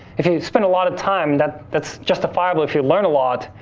if you spend a lot of time that's that's justifiable if you learn a lot.